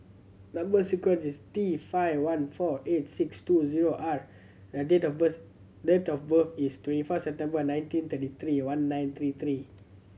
number sequence is T five one four eight six two zero R date of birth date of birth is twenty four September nineteen thirty three one nine three three